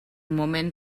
moment